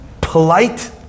Polite